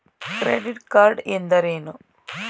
Credit card ಎಂದರೇನು?